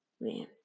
Man